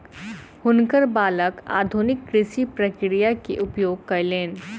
हुनकर बालक आधुनिक कृषि प्रक्रिया के उपयोग कयलैन